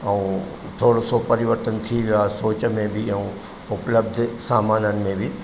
ऐं थोरो सो परिवर्तन थी वियो आहे सोच में बि ऐं उपलब्ध सामाननि में बि